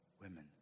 Women